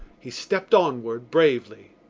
he stepped onward bravely.